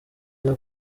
ryo